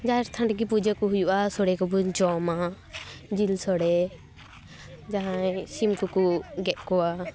ᱡᱟᱦᱮᱨ ᱛᱷᱟᱱ ᱨᱮᱜᱮ ᱯᱩᱡᱟᱹ ᱠᱚ ᱦᱩᱭᱩᱜᱼᱟ ᱥᱚᱲᱮ ᱠᱚᱵᱚᱱ ᱡᱚᱢᱟ ᱡᱤᱞ ᱥᱚᱲᱮ ᱡᱟᱦᱟᱸᱭ ᱥᱤᱢ ᱠᱚᱠᱚ ᱜᱮᱫ ᱠᱚᱣᱟ